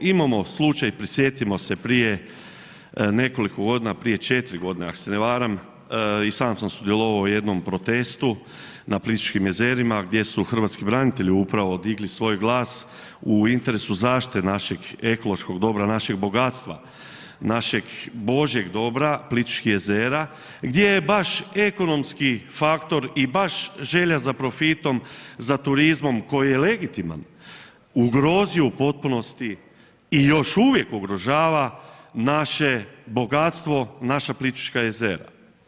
Imamo slučaj prisjetimo se prije nekoliko godina, prije 4 godine ako se ne varam i sam sam sudjelovao u jednom protestu na Plitvičkim jezerima gdje su hrvatski branitelji upravo digli svoj glas u interesu zaštite našeg ekološkog dobra, našeg bogatstva, našeg božjeg dobra, Plitvičkih jezera, gdje je baš ekonomski faktor i baš želja za profitom za turizmom koji je legitiman ugrozio u potpunosti i još uvijek ugrožava naše bogatstvo naša Plitvička jezera.